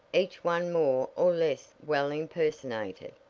each one more or less well impersonated,